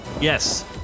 Yes